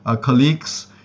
colleagues